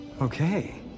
Okay